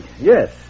Yes